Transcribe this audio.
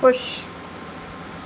ख़ुश